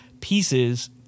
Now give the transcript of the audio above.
pieces